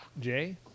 Jay